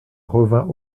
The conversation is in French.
revint